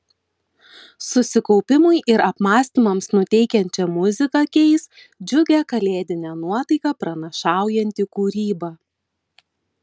susikaupimui ir apmąstymams nuteikiančią muziką keis džiugią kalėdinę nuotaiką pranašaujanti kūryba